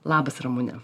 labas ramune